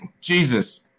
Jesus